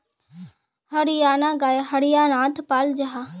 हरयाना गाय हर्यानात पाल जाहा